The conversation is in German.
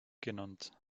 genannt